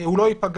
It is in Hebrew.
הוא לא ייפגע,